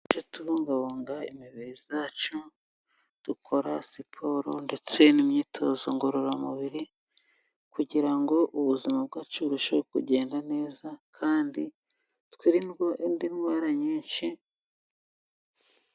Tujye tubungabunga imibiri yacu, dukora siporo ndetse n'imyitozo ngororamubiri, kugira ngo ubuzima bwacu burusheho kugenda neza, kandi twirinda n'indwara nyinshi...